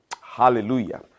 Hallelujah